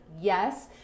yes